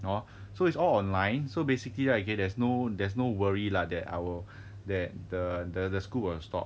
hor so it's online so basically right okay there's no there's no worry lah that our that the the school will stop